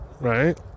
right